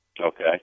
Okay